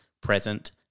present